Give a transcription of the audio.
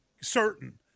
certain